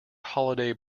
holiday